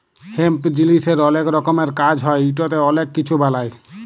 hemp জিলিসের অলেক রকমের কাজ হ্যয় ইটতে অলেক কিছু বালাই